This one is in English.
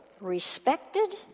respected